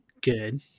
good